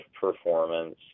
performance